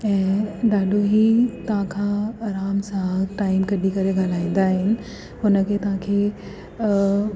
ऐं ॾाढी ई तव्हांखां आराम सां टाईम कढी करे ॻाल्हाईंदा आहिनि हुनखे तव्हांखे